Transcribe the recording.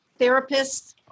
therapists